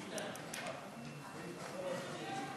בבקשה, אדוני.